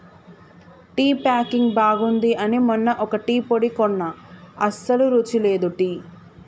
tea packing బాగుంది అని మొన్న ఒక టీ పొడి కొన్న అస్సలు రుచి లేదు టీ